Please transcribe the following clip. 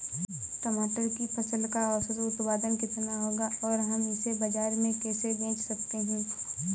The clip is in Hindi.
टमाटर की फसल का औसत उत्पादन कितना होगा और हम इसे बाजार में कैसे बेच सकते हैं?